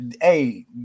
hey